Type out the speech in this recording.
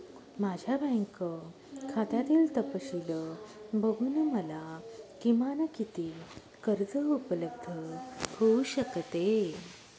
माझ्या बँक खात्यातील तपशील बघून मला किमान किती कर्ज उपलब्ध होऊ शकते?